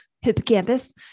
hippocampus